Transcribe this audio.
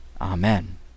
amen